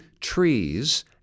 trees